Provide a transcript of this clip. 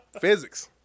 physics